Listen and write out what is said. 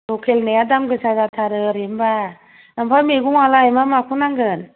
लकेल नाया दामगोसा जाथारो ओरैनोबा ओमफ्राय मैगङालाय मा माखौ नांगोन